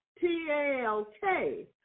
T-A-L-K